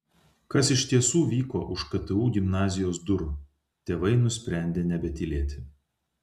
kas iš tiesų vyko už ktu gimnazijos durų tėvai nusprendė nebetylėti